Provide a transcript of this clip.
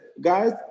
guys